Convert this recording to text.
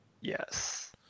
Yes